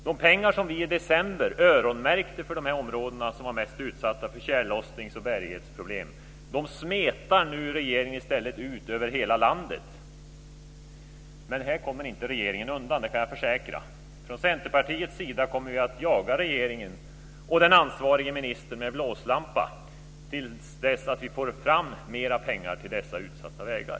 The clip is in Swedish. De pengar som vi i december öronmärkte för de områden som var mest utsatta för tjällossnings och bärighetsproblem smetar regeringen nu i stället ut över hela landet. Men jag kan försäkra att regeringen här inte kommer undan. Vi kommer från Centerpartiets sida att jaga regeringen och den ansvarige ministern med blåslampa till dess att vi får fram mera pengar till dessa utsatta vägar.